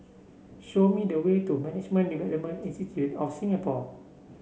show me the way to Management Development Institute of Singapore